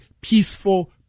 peaceful